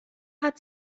hat